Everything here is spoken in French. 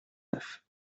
neuf